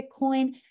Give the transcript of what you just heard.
Bitcoin